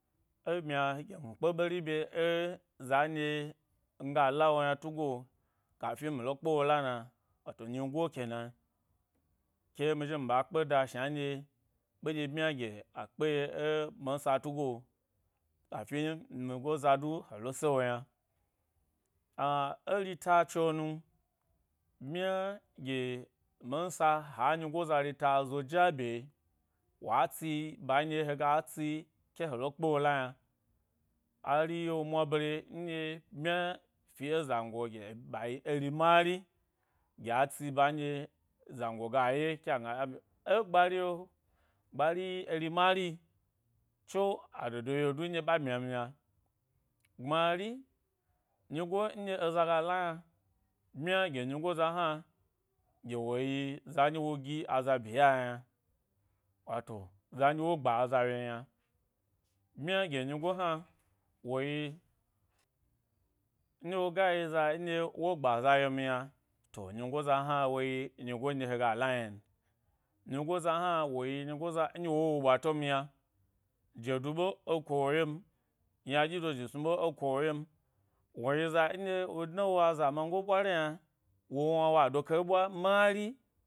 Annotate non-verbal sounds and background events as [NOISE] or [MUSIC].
E ɓyma gi mi kpe ɓeri bye e zo nɗye miga la wo yna tugo kafi mi lo kpe wo la na, wato nyigo kena ke mi zhi ɓa kpeda shna nɗye ɓe ɗye bmya gye a kpe ye minsa tugo kafin nyigo za du helo sewo yna a-erita tso nu, bmya gye minsa ha nyi go za rita zo ja bye wa ts ba nɗye woga tsi ke helo kpe wo la yna. Ari yi’o mwa bare nɗye bmya fi ẻ zango gye ɓayi eri mari gye a tsi ban dye zan go ga ye ke ayna a [UNINTELLIGIBLE] e gbari’o gbari yi eri mari yi tso adodo yi’o du nɗye ɓa ɓmyam yna. Gbmari, myigo eɗye eza go la yna bmya gi nyigo za hna gye wo yi za nɗye wo gi aza bi yyaya yna watou, za nɗye wo gba, aza wye myna bmya gye nyigo hna woyi nɗdye woga yi za nɗye wo gba’za wye ni yna to, nyigo hna woyi nyi go nɗye hega la yna n. Nyigo za hna wo yi nyi goza ɗdye wow o ɓwato m ya yedu ɓe, ẻ ko wo wye m ynaɗyi do zhi snu ɓe ẻ ko wo wye ni, wo yi za ndye wo dna wo azamango ɓwari yna wo wna wo adoke ɓwa mari.